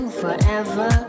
forever